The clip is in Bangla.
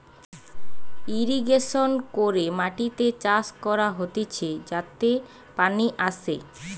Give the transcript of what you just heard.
ইরিগেশন করে মাটিতে চাষ করা হতিছে যাতে পানি আসে